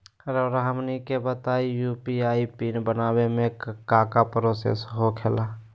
रहुआ हमनी के बताएं यू.पी.आई पिन बनाने में काका प्रोसेस हो खेला?